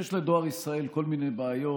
שיש לדואר ישראל כל מיני בעיות,